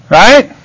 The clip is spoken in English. right